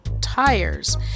tires